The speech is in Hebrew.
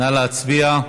נא להצביע.